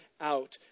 out